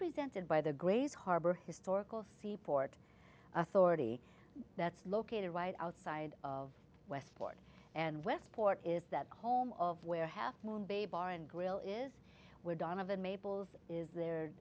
presented by the grays harbor historical sea port authority that's located right outside of westport and westport is that home of where half moon bay bar and grill is where donovan maples is there